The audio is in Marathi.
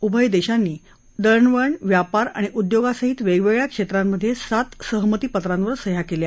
उभय देशांनी दळणवळण व्यापार आणि उद्योगासहित वेगवेगळ्या क्षेत्रांमधे सात सहमती पत्रांवर सह्या केल्या